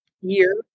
year